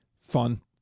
fun